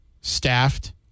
staffed